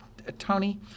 Tony